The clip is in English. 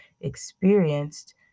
experienced